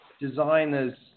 designers